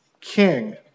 king